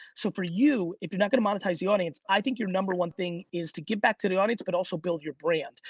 so for you, if you're not gonna monetize the audience, i think your number one thing is to give back to the audience, but also build your brand.